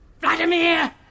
Vladimir